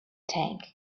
tank